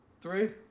three